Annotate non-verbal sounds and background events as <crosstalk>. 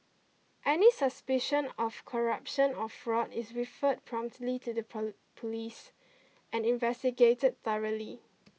any suspicion of corruption or fraud is referred promptly to the <unintelligible> police and investigated thoroughly